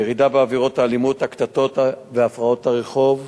ירידה בעבירות האלימות, הקטטות והפרעות הרחוב,